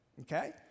okay